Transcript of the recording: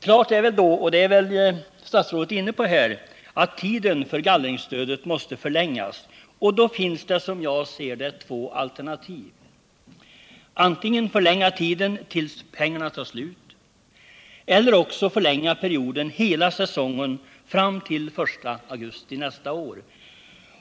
Klart står väl — och det är ju statsrådet inne på — att tiden för gallringsstödet måste förlängas. Då finns det, som jag ser det, två alternativ: antingen att förlänga tiden tills pengarna tar slut eller också att förlänga perioden hela säsongen fram till den 1 augusti nästa år.